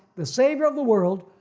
the savior of the world.